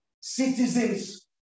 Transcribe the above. citizens